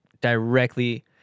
directly